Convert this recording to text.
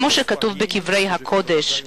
כמו שכתוב בכתבי הקודש: